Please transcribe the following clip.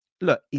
Look